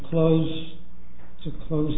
close so close